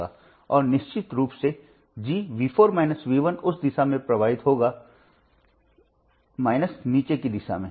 और निश्चित रूप से G उस दिशा में प्रवाहित होगा नीचे की दिशा में